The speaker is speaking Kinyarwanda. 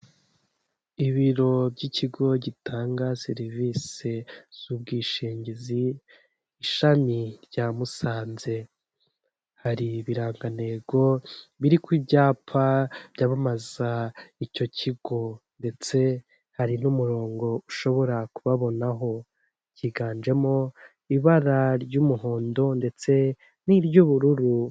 Ibiro by'ikigo gitanga serivisi z'ubwishingizi, ishami rya Musanze. Hari ibirangantego biri ku byapa byamamaza icyo kigo ndetse hari n'umurongo ushobora kubabonaho. Byiganjemo ibara ry'umuhondo ndetse n'iry'ubururu.